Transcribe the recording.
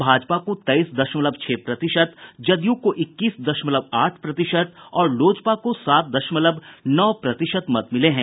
भाजपा को तेईस दशमलव छह प्रतिशत जदयू को इक्कीस दशमलव आठ प्रतिशत और लोजपा को सात दशमलव नौ प्रतिशत मत मिले हैं